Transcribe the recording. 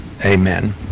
amen